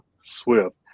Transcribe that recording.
swift